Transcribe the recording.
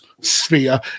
sphere